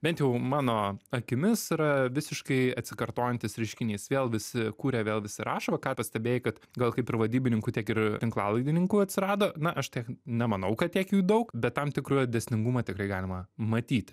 bent jau mano akimis yra visiškai atsikartojantis reiškinys vėl visi kuria vėl visi rašo va ką pastebėjai kad gal kaip ir vadybininkų tiek ir tinklalaidininkų atsirado na aš tiek nemanau kad tiek jų daug bet tam tikrojo dėsningumo tikrai galima matyti